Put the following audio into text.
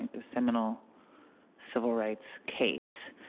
the seminal civil rights case,